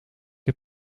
heb